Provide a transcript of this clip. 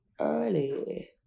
early